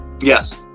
Yes